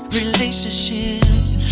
relationships